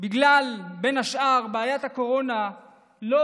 בגלל בעיית הקורונה העמותות האלה לא